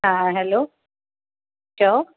हा हेलो चओ